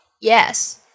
Yes